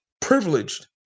privileged